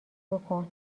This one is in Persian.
بکن